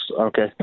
Okay